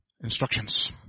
Instructions